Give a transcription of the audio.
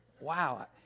wow